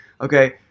okay